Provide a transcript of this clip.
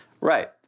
Right